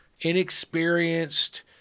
inexperienced